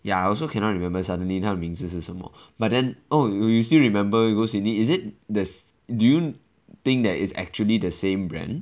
ya I also cannot remember suddenly 它的名字是什么 but then oh you you still remember you go sydney is it this do you think that is actually the same brand